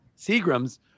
Seagram's